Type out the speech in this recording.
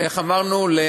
איך אמרנו?